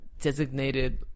Designated